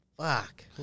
Fuck